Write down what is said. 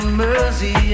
mercy